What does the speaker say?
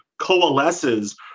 coalesces